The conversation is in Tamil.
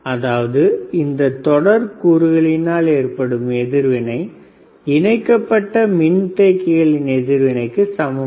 அதாவது இந்தத் தொடர் கூறுகளினால் ஏற்படும் எதிர்வினை இணைக்கப்பட்ட மின்தேக்கிகளின் எதிர்வினைக்கு சமம்